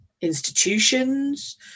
institutions